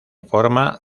forma